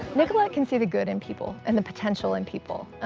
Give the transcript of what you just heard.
nicolette can see the good in people and the potential in people.